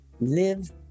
Live